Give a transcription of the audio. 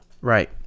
Right